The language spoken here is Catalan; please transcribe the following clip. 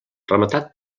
rematat